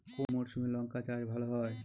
কোন মরশুমে লঙ্কা চাষ ভালো হয়?